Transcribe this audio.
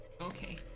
Okay